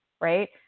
right